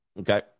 okay